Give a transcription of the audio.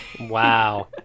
Wow